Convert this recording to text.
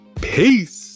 Peace